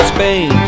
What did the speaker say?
Spain